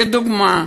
לדוגמה,